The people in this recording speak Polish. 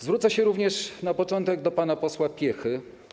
Zwrócę się również na początek do pana posła Piechy.